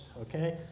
okay